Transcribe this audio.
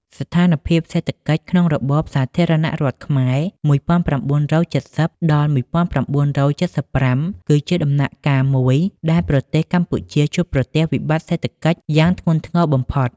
ស្ថានភាពសេដ្ឋកិច្ចក្នុងរបបសាធារណរដ្ឋខ្មែរ ១៩៧០-១៩៧៥ គឺជាដំណាក់កាលមួយដែលប្រទេសកម្ពុជាជួបប្រទះវិបត្តិសេដ្ឋកិច្ចយ៉ាងធ្ងន់ធ្ងរបំផុត។